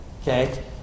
Okay